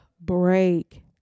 break